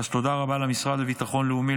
אז תודה רבה למשרד לביטחון לאומי,